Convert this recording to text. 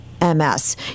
MS